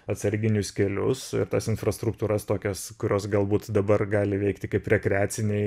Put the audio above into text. atsarginius kelius ir tas infrastruktūras tokias kurios galbūt dabar gali veikti kaip rekreaciniai